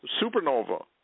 supernova